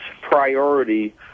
priority